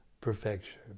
perfection